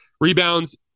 Rebounds